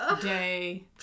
day